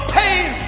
pain